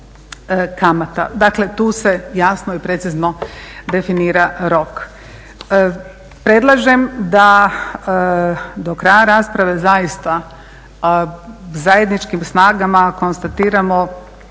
kamata.". Dakle, tu se jasno i precizno definira rok. Predlažem da do kraja rasprave zaista zajedničkim snagama konstatiramo